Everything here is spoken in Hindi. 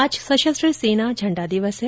आज सशस्त्र सेना झण्डा दिवस है